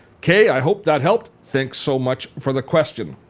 kaye, i hope that helped. thanks so much for the question.